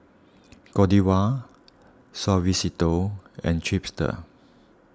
Godiva Suavecito and Chipster